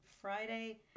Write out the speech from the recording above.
Friday